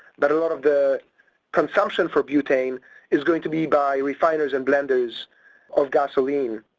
but a lot of the consumption for butane is going to be by refiners and blenders of gasoline,